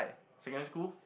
secondary school